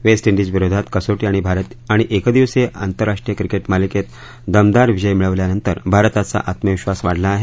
waste क्रीजविरोधात कसोटी आणि एकदिवसीय आंतरराष्ट्रीय क्रिकेट मालिकेत दमदार विजय मिळवल्यानंतर भारताचा आत्मविधास वाढला आहे